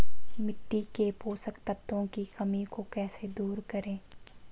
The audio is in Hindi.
मिट्टी के पोषक तत्वों की कमी को कैसे दूर करें?